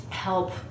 Help